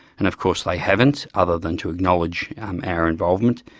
and of course they haven't, other than to acknowledge our involvement,